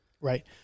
Right